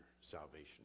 salvation